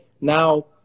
Now